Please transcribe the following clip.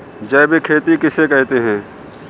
जैविक खेती किसे कहते हैं?